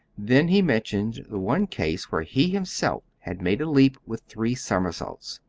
then he mentioned the one case where he himself had made a leap with three somersaults.